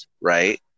right